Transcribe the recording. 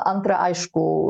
antra aišku